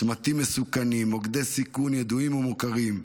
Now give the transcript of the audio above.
צמתים מסוכנים, מוקדי סיכון ידועים ומוכרים,